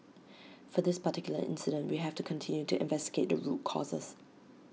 for this particular incident we have to continue to investigate the root causes